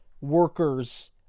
workers